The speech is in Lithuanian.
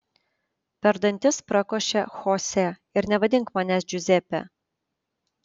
per dantis prakošė chose ir nevadink manęs džiuzepe